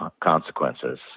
consequences